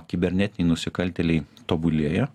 kibernetiniai nusikaltėliai tobulėja